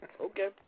Okay